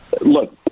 look